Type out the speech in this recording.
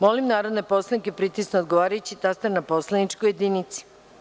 Molim narodne poslanike da pritisnu odgovarajući taster na poslaničkoj jedinici.